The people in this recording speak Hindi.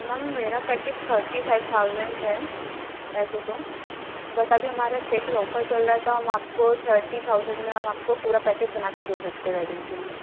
मैम मेरा पैकेज थर्टी फ़ाइव थाउज़ेन्ड है ऐसे तो बट अभी हमारा इस्पेशल ऑफ़र चल रहा है तो हम आपको थर्टी थाउज़ेन्ड में हम आपको पूरा पैकेज बना कर दे सकते हैं वैडिंग के लिए